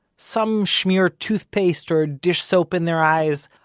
some schmeer toothpaste or dish-soap in their eyes,